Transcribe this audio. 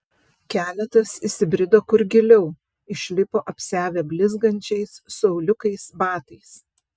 keletas įsibrido kur giliau išlipo apsiavę blizgančiais su auliukais batais